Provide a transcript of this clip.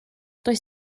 does